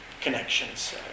connections